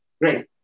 Great